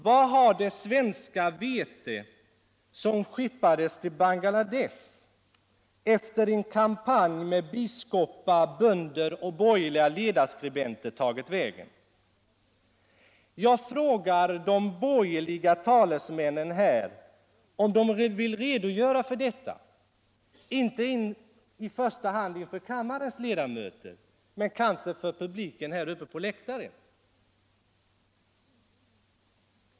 Vart har det svenska vete som skeppades till Bangladesh efter en kampanj med biskopar, bönder och borgerliga ledarskribenter tagit vägen? Jag frågar de borgerliga lalesmännen här om de vill redogöra för detta, inte i första hand för kammarens ledamöter utan för publiken på läktaren.